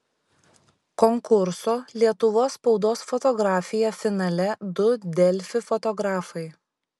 konkurso lietuvos spaudos fotografija finale du delfi fotografai